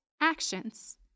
Actions